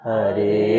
Hare